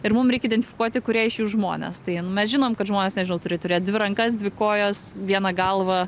ir mum reik identifikuoti kurie iš jų žmonės tai nu mes žinom kad žmonės nežau turi turėt dvi rankas dvi kojas vieną galvą